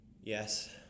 Yes